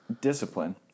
discipline